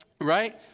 right